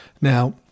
Now